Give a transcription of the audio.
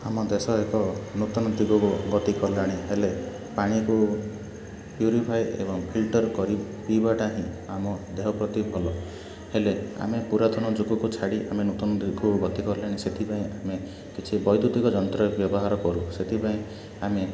ଆମ ଦେଶ ଏକ ନୂତନ ଦିଗକୁ ଗତି କଲାଣି ହେଲେ ପାଣିକୁ ପ୍ୟୁରିଫାଏ୍ ଏବଂ ଫିଲ୍ଟର୍ କରି ପିଇବାଟା ହିଁ ଆମ ଦେହ ପ୍ରତି ଭଲ ହେଲେ ଆମେ ପୁରାତନ ଯୁଗକୁ ଛାଡ଼ି ଆମେ ନୂତନ ଦିଗକୁ ଗତି କଲାଣି ସେଥିପାଇଁ ଆମେ କିଛି ବୈଦ୍ୟୁତିକ ଯନ୍ତ୍ର ବ୍ୟବହାର କରୁ ସେଥିପାଇଁ ଆମେ